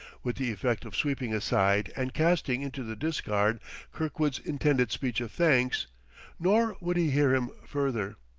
with the effect of sweeping aside and casting into the discard kirkwood's intended speech of thanks nor would he hear him further.